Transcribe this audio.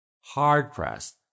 Hard-pressed